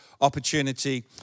opportunity